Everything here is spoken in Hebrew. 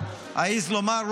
אעז לומר,